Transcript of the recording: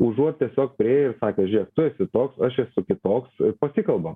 užuot tiesiog priėjo sakė žiūrėk tu esi toks aš esu kitoks pasikalbam